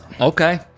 Okay